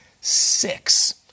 Six